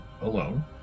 alone